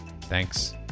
Thanks